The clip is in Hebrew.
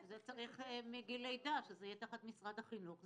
את זה צריך מגיל לידה, שזה יהיה תחת משרד החינוך.